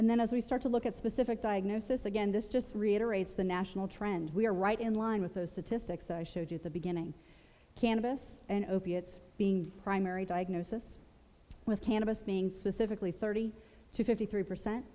and then as we start to look at specific diagnosis again this just reiterates the national trend we're right in line with those statistics i showed you the beginning cannabis and opiates being the primary diagnosis with cannabis being specifically thirty two fifty three percent